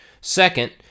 Second